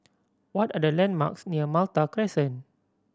what are the landmarks near Malta Crescent